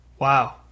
Wow